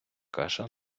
каша